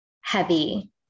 heavy